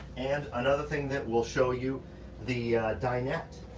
and another thing that will show you the dinette.